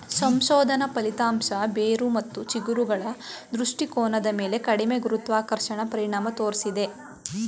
ಸಂಶೋಧನಾ ಫಲಿತಾಂಶ ಬೇರು ಮತ್ತು ಚಿಗುರುಗಳ ದೃಷ್ಟಿಕೋನದ ಮೇಲೆ ಕಡಿಮೆ ಗುರುತ್ವಾಕರ್ಷಣೆ ಪರಿಣಾಮ ತೋರ್ಸಿದೆ